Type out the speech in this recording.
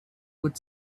with